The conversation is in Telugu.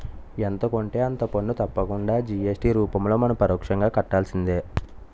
ఎంత కొంటే అంత పన్ను తప్పకుండా జి.ఎస్.టి రూపంలో మనం పరోక్షంగా కట్టాల్సిందే